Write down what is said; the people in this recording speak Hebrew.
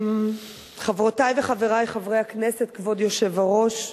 חברותי וחברי חברי הכנסת, כבוד היושב-ראש,